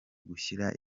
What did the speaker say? gushyira